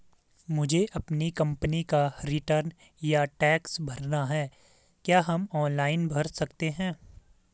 मुझे अपनी कंपनी का रिटर्न या टैक्स भरना है क्या हम ऑनलाइन भर सकते हैं?